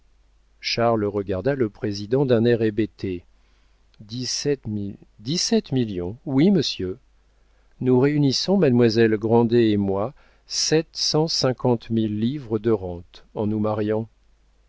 charles regarda le président d'un air hébété dix-sept mil dix-sept millions oui monsieur nous réunissons mademoiselle grandet et moi sept cent cinquante mille livres de rente en nous mariant